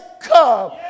come